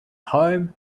home